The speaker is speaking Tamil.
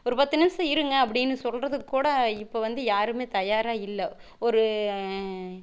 ஒரு பத்து நிமிஷம் இருங்க அப்படின்னு சொல்கிறதுக்கு கூட இப்போ வந்து யாருமே தயாராக இல்லை ஒரு